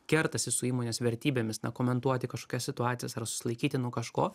kertasi su įmonės vertybėmis na komentuoti kažkokias situacijas ar susilaikyti nuo kažko